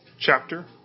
chapter